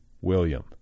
William